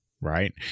Right